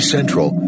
Central